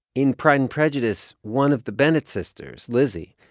in pride and prejudice, one of the bennett sisters, lizzy,